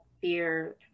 fear